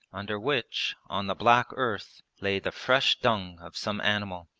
under which, on the black earth, lay the fresh dung of some animal.